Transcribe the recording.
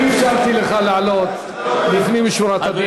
אני אפשרתי לך לעלות לפנים משורת הדין,